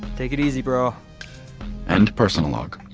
take it easy, bro end personal log